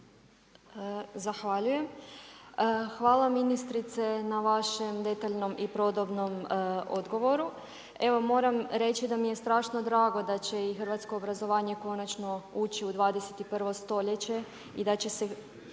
Zahvaljujem. Hvala ministrice na vašem detaljnom i podrobnom odgovoru. Evo moram reći da mi je strašno drago da će i hrvatsko obrazovanje konačno ući u 21. stoljeće i da će se